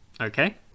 Okay